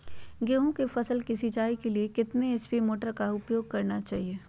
गेंहू की फसल के सिंचाई के लिए कितने एच.पी मोटर का उपयोग करना चाहिए?